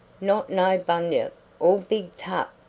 not no bunyip all big tuff!